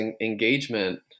engagement